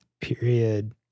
period